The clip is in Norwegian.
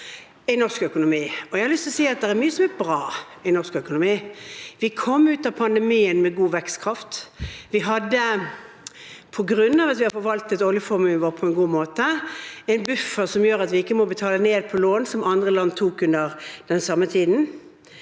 å si at det er mye som er bra i norsk økonomi. Vi kom ut av pandemien med god vekstkraft. På grunn av at vi har forvaltet oljeformuen vår på en god måte, hadde vi en buffer som gjør at vi ikke må betale ned på lån, som andre land tok opp under den samme tiden.